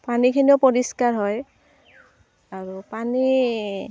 পানীখিনিও পৰিষ্কাৰ হয় আৰু পানী